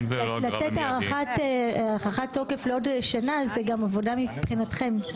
לתת הארכת תוקף לעוד שנה זה גם עבודה מבחינתכם.